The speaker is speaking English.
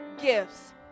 gifts